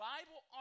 Bible